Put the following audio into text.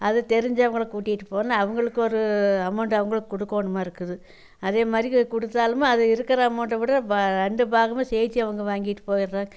அது தெரிஞ்சவங்களை கூட்டிட்டு போனால் அவங்களுக்கு ஒரு அமௌண்ட் அவங்களுக்கு கொடுக்கோணுமா இருக்குது அதேமாதிரி கொடுத்தாலுமே அது இருக்கிற அமௌண்டை விட ரெண்டு பாகமாக ஜெயிச்சி அவங்க வாங்கிட்டு போயிடுறா